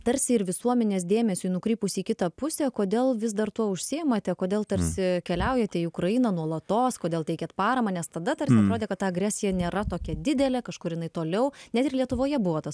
tarsi ir visuomenės dėmesiui nukrypus į kitą pusę kodėl vis dar tuo užsiimate kodėl tarsi keliaujate į ukrainą nuolatos kodėl teikiat paramą nes tada tarsi atrodė kad ta agresija nėra tokia didelė kažkur jinai toliau net ir lietuvoje buvo tas